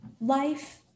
life